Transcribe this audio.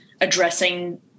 addressing